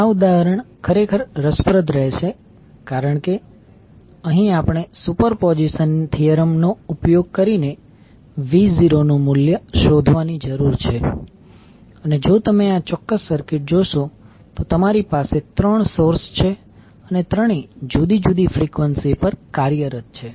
આ ઉદાહરણ ખરેખર રસપ્રદ રહેશે કારણ કે અહીં આપણે સુપરપોઝિશન થીયરમ નો ઉપયોગ કરીને v0નું મૂલ્ય શોધવાની જરૂર છે અને જો તમે આ ચોક્કસ સર્કિટ જોશો તો તમારી પાસે ત્રણ સોર્સ છે અને ત્રણેય જુદી જુદી ફ્રિકવન્સી પર કાર્યરત છે